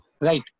Right